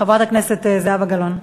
חברת הכנסת זהבה גלאון.